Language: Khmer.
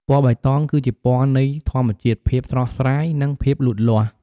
ពណ៌បៃតង គឺជាពណ៌នៃ ធម្មជាតិ ភាពស្រស់ស្រាយ និង ភាពលូតលាស់។